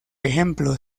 ejemplo